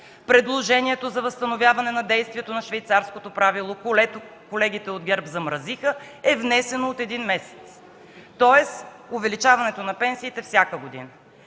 Предложението за възстановяването на действието на швейцарското правило, което колегите от ГЕРБ замразиха, е внесено от един месец, тоест увеличаването на пенсиите всяка година.